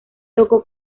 tocó